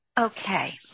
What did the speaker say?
Okay